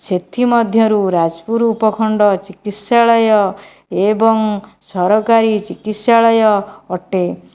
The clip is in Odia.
ସେଥିମଧ୍ୟରୁ ଯାଜପୁର ଉପଖଣ୍ଡ ଚିକିତ୍ସାଳୟ ଏବଂ ସରକାରୀ ଚିକିତ୍ସାଳୟ ଅଟେ